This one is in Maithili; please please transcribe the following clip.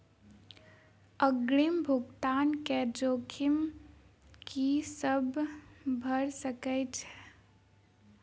अग्रिम भुगतान केँ जोखिम की सब भऽ सकै हय?